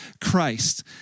Christ